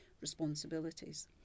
responsibilities